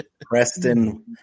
Preston